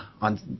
on